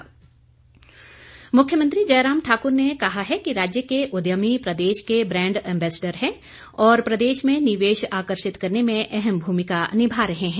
मुख्यमंत्री मुख्यमंत्री जयराम ठाकुर ने कहा है कि राज्य के उद्यमी प्रदेश के ब्रांड एम्बेसेडर हैं और प्रदेश में निवेश आकर्षित करने में अहम भूमिका निभा रहे हैं